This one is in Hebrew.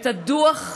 את הדוח המלא,